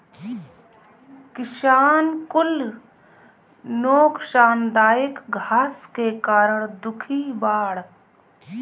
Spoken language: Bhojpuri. किसान कुल नोकसानदायक घास के कारण दुखी बाड़